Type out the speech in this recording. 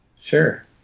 Sure